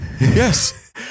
yes